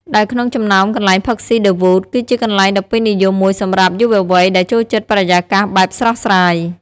ដែលក្នុងចំណោមកន្លែងផឹកស៊ី ឌឹ វូត (The Wood) គឺជាកន្លែងដ៏ពេញនិយមមួយសម្រាប់យុវវ័យដែលចូលចិត្តបរិយាកាសបែបស្រស់ស្រាយ។